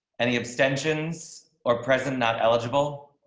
any abstentions or president not eligible